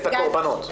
את הקורבנות.